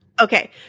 Okay